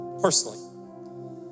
personally